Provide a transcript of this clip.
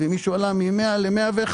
ואם מישהו עלה מ-100 ל-101 קילו,